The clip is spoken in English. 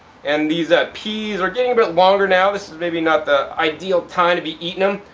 and these ah peas are getting a bit longer now. this is maybe not the ideal time to be eating them.